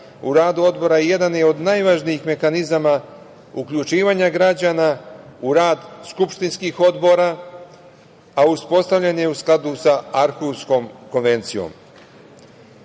u radu odbora i jedan je od najvažnijih mehanizama uključivanja građana u rad skupštinskih odbora, a uspostavljen je u skladu sa Arhuskom konvencijom. Moram